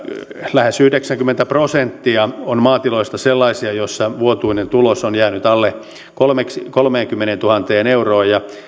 lähes yhdeksänkymmentä prosenttia maatiloista on sellaisia joissa vuotuinen tulos on jäänyt alle kolmeenkymmeneentuhanteen euroon ja